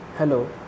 Hello